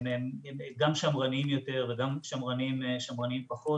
גם שמרניים יותר וגם שמרניים פחות,